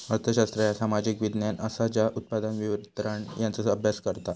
अर्थशास्त्र ह्या सामाजिक विज्ञान असा ज्या उत्पादन, वितरण यांचो अभ्यास करता